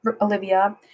Olivia